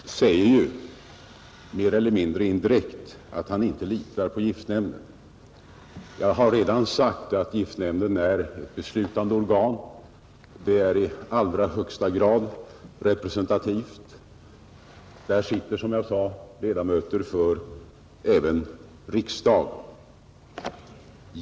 Herr talman! Herr Israelsson säger, mer eller mindre direkt, att han inte litar på giftnämnden. Jag har redan sagt att giftnämnden är ett beslutande organ. Där sitter, som jag sade, även ledamöter av riksdagen.